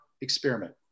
experiment